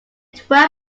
twelve